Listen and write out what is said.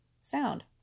sound